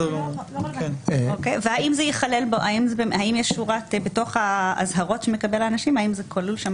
והאם בתוך האזהרות שמקבלים האנשים כלולה שם